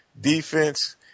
defense